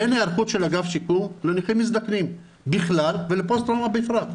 אין היערכות של אגף שיקום לנכים מזדקנים בכלל ולפוסט טראומה בפרט.